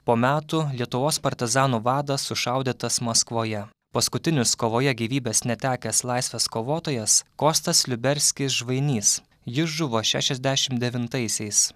po metų lietuvos partizanų vadas sušaudytas maskvoje paskutinius kovoje gyvybės netekęs laisvės kovotojas kostas liuberskis žvainys jis žuvo šešiasdešim devintaisiais